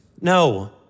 No